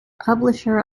publisher